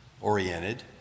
oriented